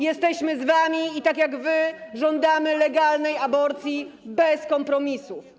Jesteśmy z wami i tak jak wy żądamy legalnej aborcji bez kompromisów.